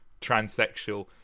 transsexual